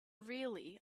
really